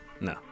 No